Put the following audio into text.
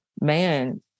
Man